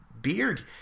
beard